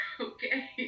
okay